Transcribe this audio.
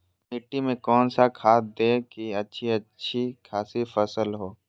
मिट्टी में कौन सा खाद दे की अच्छी अच्छी खासी फसल हो?